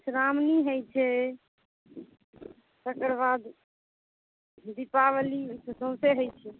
मधुश्रावणी होइ छै तकर बाद दीपावली सौंसे होइ छै